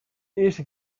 eerste